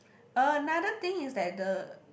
another thing is that the